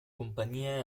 compagnie